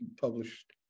published